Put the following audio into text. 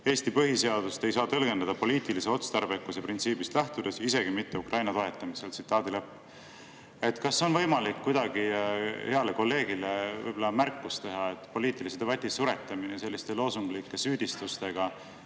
"Eesti põhiseadust ei saa tõlgendada poliitilise otstarbekuse printsiibist lähtudes, isegi mitte Ukraina toetamisel." Tsitaadi lõpp. Kas on võimalik kuidagi heale kolleegile märkus teha, et poliitilise debati suretamine selliste loosunglike süüdistustega,